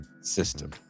system